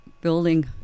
building